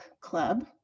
club